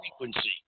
frequency